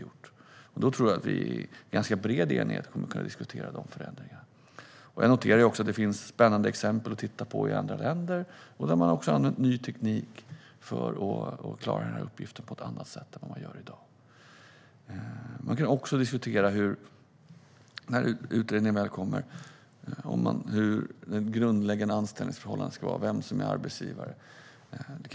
Jag tror att vi i bred enighet kan diskutera dessa förändringar. Jag noterar att det finns spännande exempel från andra länder att titta på. Där har man använt ny teknik för att klara uppgiften på ett annat sätt än vad som görs i dag. När utredningen väl kommer kan man även diskutera hur grundläggande anställningsförhållanden ska se ut och vem som ska vara arbetsgivare.